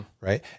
right